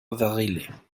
varilhes